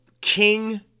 King